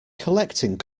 collecting